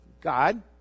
God